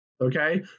Okay